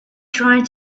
trying